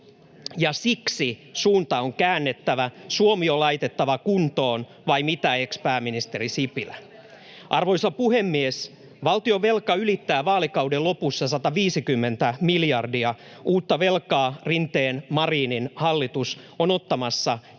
siksi suunta on käännettävä. — Suomi on laitettava kuntoon, vai mitä, ex-pääministeri Sipilä? Arvoisa puhemies! Valtionvelka ylittää vaalikauden lopussa 150 miljardia. Uutta velkaa Rinteen—Marinin hallitus on ottamassa jopa